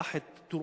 קח את טורעאן,